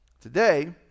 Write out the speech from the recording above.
Today